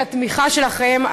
על התמיכה שלכם,